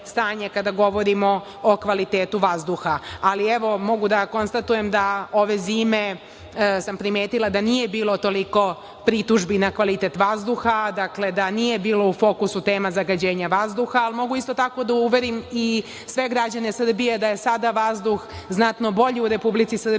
kada govorimo o kvalitetu vazduha. Evo, mogu da konstatujem ove zime sam primetila da nije bilo toliko pritužbi na kvalitet vazduha, da nije bilo u fokusu tema zagađenje vazduha, ali mogu isto tako da uverim i sve građane Srbije da je sada vazduh znatno bolji u Republici Srbiji